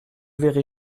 verrez